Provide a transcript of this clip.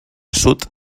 sud